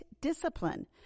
discipline